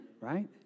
right